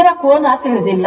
ಇದರ ಕೋನ ತಿಳಿದಿಲ್ಲ